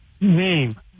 name